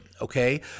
Okay